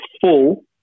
full